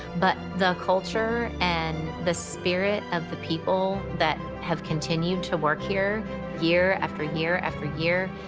but the culture and the spirit of the people that have continued to work here year after year after year,